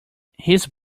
his